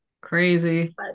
Crazy